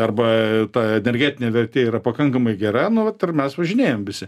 arba a ta energetinė vertė yra pakankamai gera nu vat ir mes važinėjam visi